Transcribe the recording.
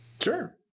Sure